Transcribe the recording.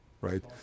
right